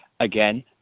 again